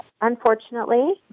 unfortunately